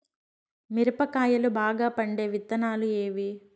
మిరప కాయలు బాగా పండే విత్తనాలు ఏవి